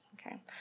okay